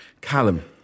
Callum